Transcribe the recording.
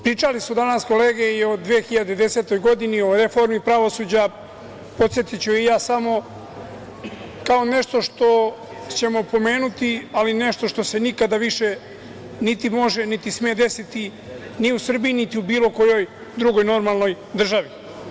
Pričali su danas kolege i o 2010. godini, o reformi pravosuđa, pa podsetiću i ja samo kao nešto što ćemo pomenuti, ali nešto što se nikada više niti može, niti sme desiti u Srbiji, niti u bilo kojoj drugoj normalnoj državi.